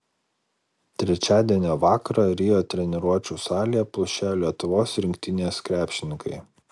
trečiadienio vakarą rio treniruočių salėje plušėjo lietuvos rinktinės krepšininkai